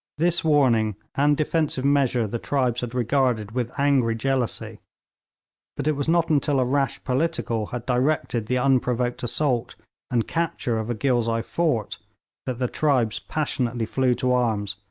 this warning and defensive measure the tribes had regarded with angry jealousy but it was not until a rash political had directed the unprovoked assault and capture of a ghilzai fort that the tribes passionately flew to arms,